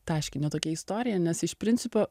taškinė tokia istorija nes iš principo